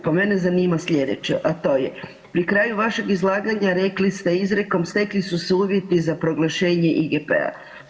Pa mene zanima sljedeće, a to je pri kraju vašeg izlaganja rekli ste izrekom stekli su se uvjeti za proglašenje IGP-a.